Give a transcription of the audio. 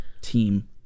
team